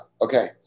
Okay